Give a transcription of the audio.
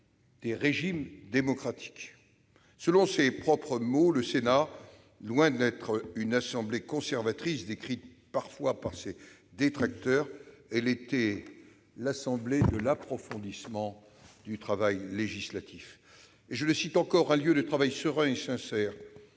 des régimes démocratiques ». Selon ses propres mots, le Sénat, loin d'être l'assemblée conservatrice parfois décrite par ses détracteurs, était l'assemblée de l'approfondissement du travail législatif, « un lieu de travail serein et sincère,